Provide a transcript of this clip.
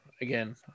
Again